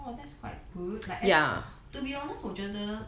oh that's quite good like to be honest 我觉得